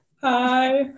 Hi